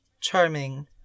charming